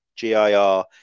GIR